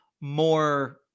more